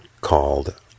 called